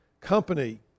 company